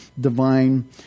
divine